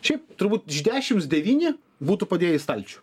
šiaip turbūt iš dešims devyni būtų padėję į stalčių